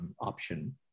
option